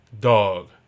dog